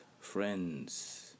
friends